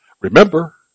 Remember